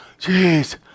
jeez